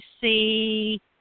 see